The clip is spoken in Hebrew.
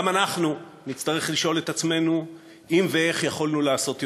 גם אנחנו נצטרך לשאול את עצמנו אם ואיך יכולנו לעשות יותר.